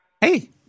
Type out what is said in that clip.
Hey